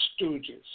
stooges